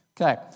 Okay